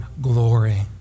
glory